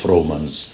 Romans